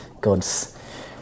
God's